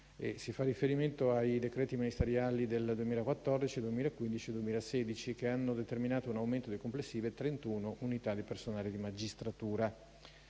si fa riferimento ai decreti ministeriali del 2014, 2015 e 2016, che hanno determinato un aumento di complessive 31 unità di personale di magistratura.